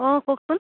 অঁ কওকচোন